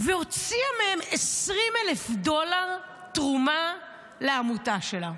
והוציאה מהם 20,000 דולר תרומה לעמותה שלה.